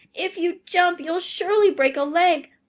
if you jump you'll surely break a leg,